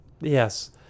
Yes